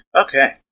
Okay